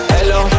Hello